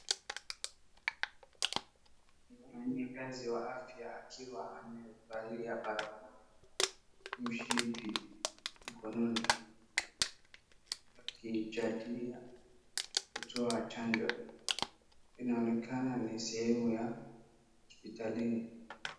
Mfanyakazi wa afya akiwa amevalia barakoa, mshipi mkononi, akijadilia kutoa chanjo, inaonekana ni sehemu ya hospitalini.